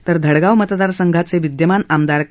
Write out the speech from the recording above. तर धडगाव मतदारसंघाचे विद्यमान आमदार के